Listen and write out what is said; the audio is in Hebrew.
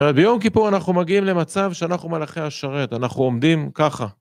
ביום כיפור אנחנו מגיעים למצב שאנחנו מלאכי השרת, אנחנו עומדים ככה